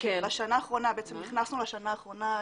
בשנה האחרונה נכנסנו לשנה האחרונה,